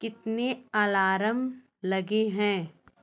कितने अलारम लगे हैं